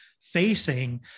facing